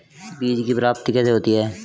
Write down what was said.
बीज की प्राप्ति कैसे होती है?